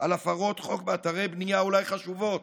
על הפרות חוק באתרי בנייה אולי חשובות,